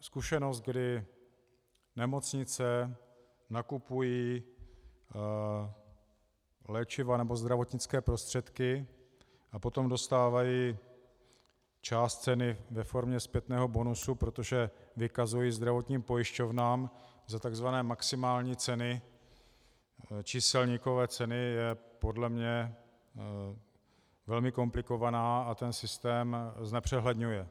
Zkušenost, kdy nemocnice nakupují léčiva nebo zdravotnické prostředky a potom dostávají část ceny ve formě zpětného bonusu, protože vykazují zdravotním pojišťovnám za takzvané maximální ceny, číselníkové ceny, je podle mě velmi komplikovaná a ten systém znepřehledňuje.